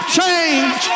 change